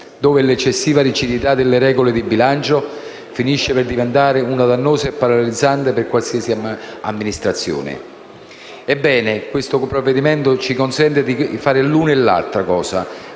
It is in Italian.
dove l'eccessiva rigidità delle regole di bilancio finisce per diventare dannosa e paralizzante per qualunque amministrazione. Ebbene, questo provvedimento ci consente di fare l'una e l'altra cosa,